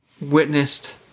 witnessed